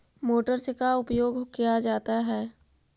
Motor से का उपयोग क्या जाता है?